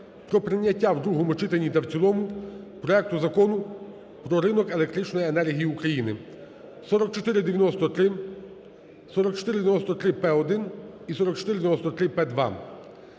про прийняття у другому читанні та в цілому проекту Закону про ринок електричної енергії України (4493, 4493-П1 і 4493-П2)